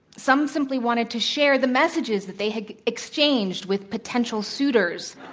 some simply wanted to share the messages that they had exchanged with potential suitors.